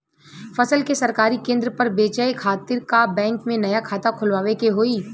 फसल के सरकारी केंद्र पर बेचय खातिर का बैंक में नया खाता खोलवावे के होई?